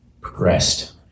progressed